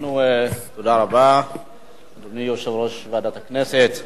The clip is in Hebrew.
הודעה ליושב-ראש ועדת הכנסת,